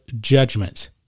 judgment